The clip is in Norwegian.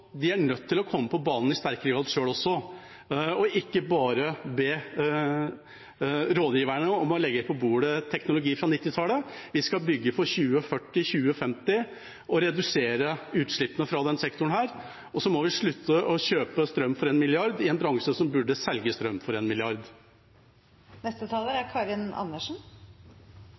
er nødt til å komme på banen i sterkere grad selv også, og ikke bare be rådgiverne om å legge på bordet teknologi fra 1990-tallet. Vi skal bygge for 2040 og 2050 og redusere utslippene fra denne sektoren. Og så må vi slutte å kjøpe strøm for 1 mrd. kr i en bransje som burde selge strøm for